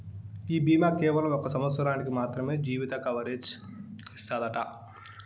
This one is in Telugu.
ఈ బీమా కేవలం ఒక సంవత్సరానికి మాత్రమే జీవిత కవరేజ్ ఇస్తాదట